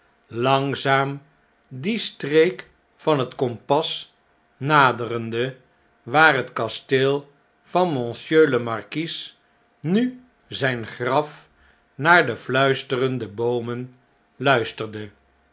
langzaam die streek van het kompas naderende waar het kasteel van monsieur den markies nu zgn graf naar de fluisterende boomen luisterde